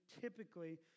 typically